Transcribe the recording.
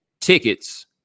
tickets